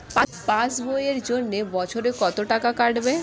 Pass বইয়ের জন্য বছরে কত টাকা কাটবে?